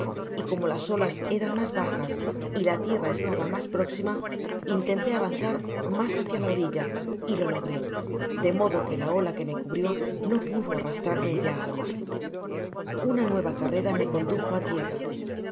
y como las olas eran mas bajas y la tierra estaba mas próxima intenté avanzar mas hácia la orilla y lo logró de modo que la oia que me cubrió no pudo arrastrarme ya al mar una nueva carrera me condujo á tierra en